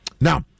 now